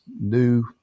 new